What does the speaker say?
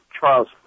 Charles